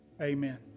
Amen